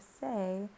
say